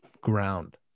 ground